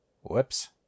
Whoops